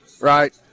right